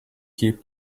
keep